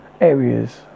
areas